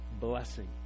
blessing